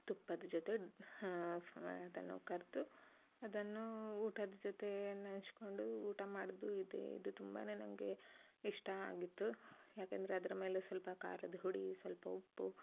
ತುಪ್ಪದ ಜೊತೆ ಅದನ್ನು ಕರಿದು ಅದನ್ನು ಊಟದ ಜೊತೆ ನೆಂಚ್ಕೊಂಡು ಊಟ ಮಾಡ್ದೆ ಇದೆ ಇದು ತುಂಬಾ ನಂಗೆ ಇಷ್ಟ ಆಗಿತ್ತು ಯಾಕಂದ್ರೆ ಅದರ ಮೇಲೆ ಸ್ವಲ್ಪ ಖಾರದ ಹುಡಿ ಸ್ವಲ್ಪ ಉಪ್ಪು